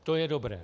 To je dobré.